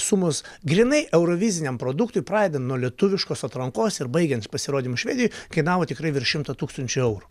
sumos grynai euroviziniam produktui pradedant nuo lietuviškos atrankos ir baigiant pasirodymu švedijoj kainavo tikrai virš šimto tūkstančių eurų